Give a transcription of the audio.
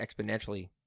exponentially